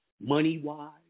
money-wise